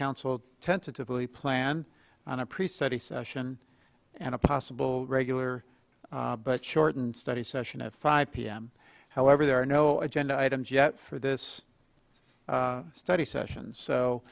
council tentatively plan on a priest study session and a possible regular but shortened study session at five pm however there are no agenda items yet for this study sessions so